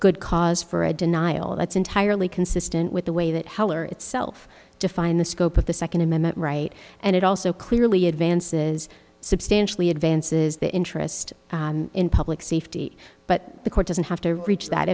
good cause for a denial that's entirely consistent with the way that heller itself defined the scope of the second amendment right and it also clearly advances substantially advances the interest in public safety but the court doesn't have to reach that